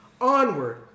Onward